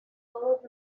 todos